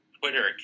Twitter